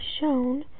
shown